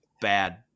bad